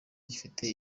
bifite